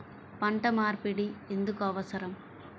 పంట మార్పిడి ఎందుకు అవసరం?